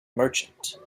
merchant